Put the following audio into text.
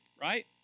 Right